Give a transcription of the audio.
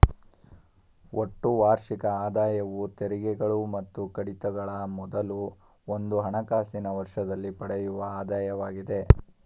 ಒಟ್ಟು ವಾರ್ಷಿಕ ಆದಾಯವು ತೆರಿಗೆಗಳು ಮತ್ತು ಕಡಿತಗಳ ಮೊದಲು ಒಂದು ಹಣಕಾಸಿನ ವರ್ಷದಲ್ಲಿ ಪಡೆಯುವ ಆದಾಯವಾಗಿದೆ